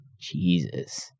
Jesus